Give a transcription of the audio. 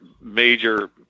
major